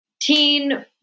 teen